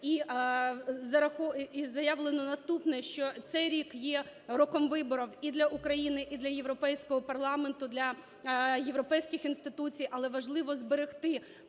і заявлено наступне, що цей рік є роком виборів і для України, і для Європейського парламенту, для європейських інституцій, але важливо зберегти